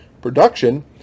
production